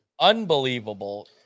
unbelievable